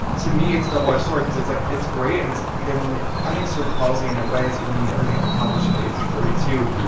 to me, it's a double-edged sword because it's like it's great, and it's given me i think cerebral palsy in a way has given me everything i've accomplished at the age of thirty two.